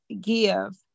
give